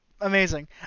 amazing